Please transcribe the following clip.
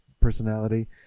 personality